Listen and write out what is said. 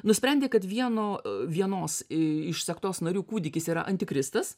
nusprendė kad vieno vienos iš sektos narių kūdikis yra antikristas